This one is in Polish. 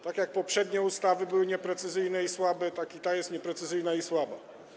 Tak jak poprzednie ustawy były nieprecyzyjne i słabe, tak i ta jest nieprecyzyjna i słaba.